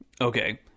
okay